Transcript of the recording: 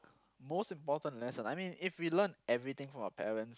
most important lesson I mean if we learn everything from our parent